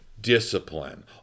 discipline